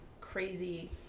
crazy